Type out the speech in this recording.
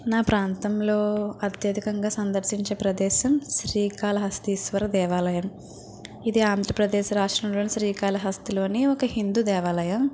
నా ప్రాంతంలో అత్యధికంగా సందర్శించే ప్రదేశం శ్రీకాళహస్తీశ్వర దేవాలయం ఇది ఆంధ్రప్రదేశ్ రాష్ట్రంలోని శ్రీకాళహస్తిలోని ఒక హిందూ దేవాలయం